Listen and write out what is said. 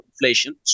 inflation